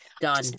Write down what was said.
Done